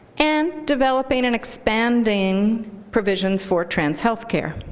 and developing and expanding provisions for trans health care,